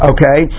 Okay